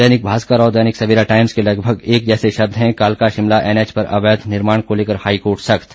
दैनिक भास्कर और दैनिक सवेरा टाइम्स के लगभग एक जैसे शब्द हैं कालका शिमला एनएच पर अवैध निर्माण को लेकर हाईकोर्ट सख्त